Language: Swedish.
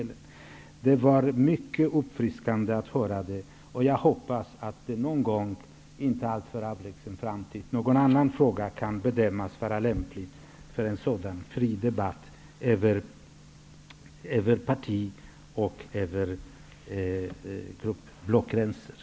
Det har varit mycket uppfriskande att höra denna debatt. Jag hoppas att någon gång i en inte alltför avlägsen framtid någon annan fråga kan bedömas vara lämplig att diskutera i en fri debatt över parti och blockgränserna.